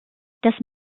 dass